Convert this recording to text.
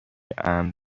امن